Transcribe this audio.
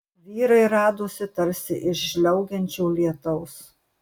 vyrai radosi tarsi iš žliaugiančio lietaus